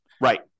Right